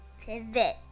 pivot